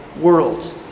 world